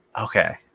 Okay